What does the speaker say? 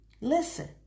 Listen